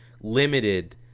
limited